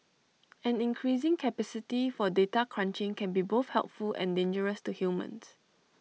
an increasing capacity for data crunching can be both helpful and dangerous to humans